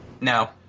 No